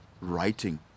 writing